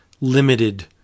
limited